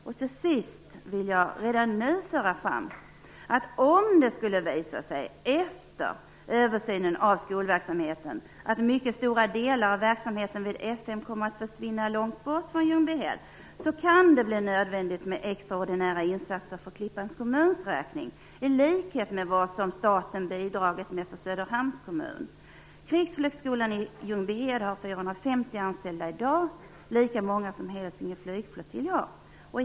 Jag vill redan nu föra fram att om det, efter översynen av skolverksamheten, skulle visa att mycket stora delar av verksamheten vid F 5 kommer att försvinna långt bort från Ljungbyhed kan det bli nödvändigt med extraordinära insatser för Klippans kommuns räkning, i likhet med vad staten bidragit med för Söderhamns kommun. Krigsflygskolan i Ljungbyhed har 450 anställda i dag. Det är lika många som Hälsinge flygflottilj har.